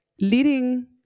leading